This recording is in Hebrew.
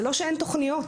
זה לא שאין תוכניות.